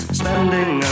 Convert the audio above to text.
spending